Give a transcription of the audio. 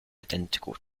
identical